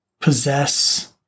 possess